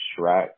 Shrek